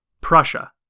Prussia